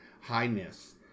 highness